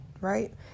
right